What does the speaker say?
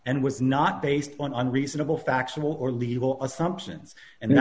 and was not based on reasonable factual or legal assumptions and